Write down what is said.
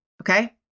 Okay